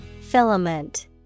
Filament